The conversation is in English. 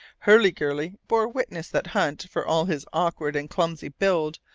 hurliguerly bore witness that hunt, for all his awkward and clumsy build,